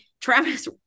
Travis